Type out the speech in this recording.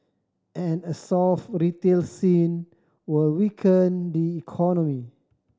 and a soft retail scene will weaken the economy